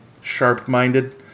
Sharp-minded